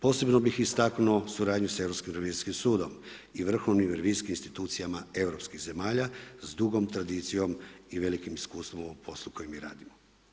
Posebno bih istaknu suradnju s Europskim revizijskim sudom i vrhovnim revizijskim institucijama europskih zemalja s dugom tradicijom i velikim iskustvom u poslu koji mi radimo.